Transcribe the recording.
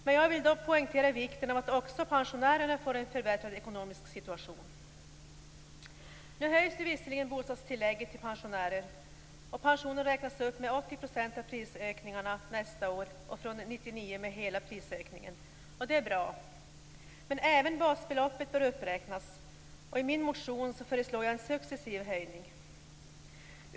Men jag vill poängtera vikten av att också pensionärerna får en förbättrad ekonomisk situation. Visserligen höjs nu bostadstillägget till pensionärer, och pensionen räknas upp med 80 % av prisökningarna nästa år och från 1999 med hela prisökningen. Det är bra. Men även basbeloppet bör räknas upp, och i min motion föreslår jag en successiv höjning.